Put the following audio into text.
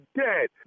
dead